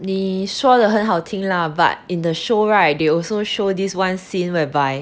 你说的很好听 lah but in the show right they also show this one scene whereby